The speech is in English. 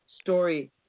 story